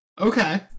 Okay